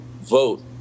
vote